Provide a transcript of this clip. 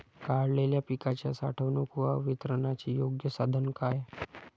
काढलेल्या पिकाच्या साठवणूक व वितरणाचे योग्य साधन काय?